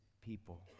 people